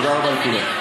תודה רבה לכולם.